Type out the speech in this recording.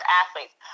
athletes